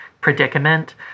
predicament